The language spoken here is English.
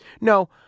No